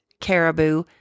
caribou